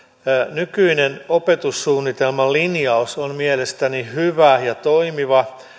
nykyinen opetussuunnitelman linjaus on mielestäni hyvä ja toimiva